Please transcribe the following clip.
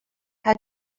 how